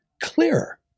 clearer